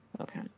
Okay